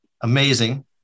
Amazing